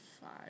five